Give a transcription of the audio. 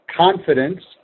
confidence